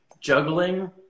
juggling